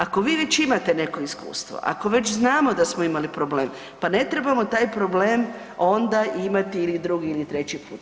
Ako vi već imate neko iskustvo, ako već znamo da smo imali problem pa ne trebamo taj problem ili drugi ili treći put.